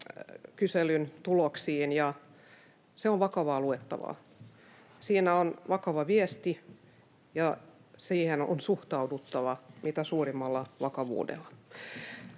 kyselyn tuloksiin, ja se on vakavaa luettavaa. Siinä on vakava viesti, ja siihen on suhtauduttava mitä suurimmalla vakavuudella.